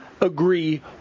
agree